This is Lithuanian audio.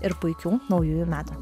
ir puikių naujųjų metų